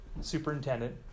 superintendent